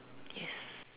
yes